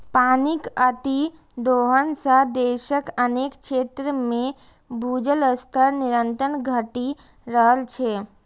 पानिक अतिदोहन सं देशक अनेक क्षेत्र मे भूजल स्तर निरंतर घटि रहल छै